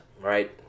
right